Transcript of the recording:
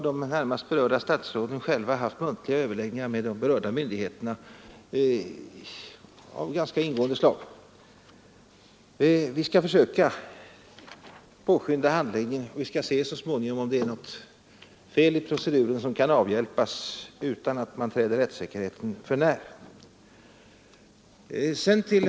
De närmast berörda statsråden har t.o.m. själva haft muntliga överläggningar av ganska ingående slag med vederbörande myndigheter. Vi skall försöka påskynda handläggningen, och vi skall så småningom undersöka om det är något fel i proceduren som kan avhjälpas utan att man träder rättssäkerheten för när.